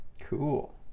cool